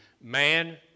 man